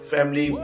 Family